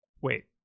wait